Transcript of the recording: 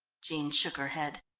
jean shook her head.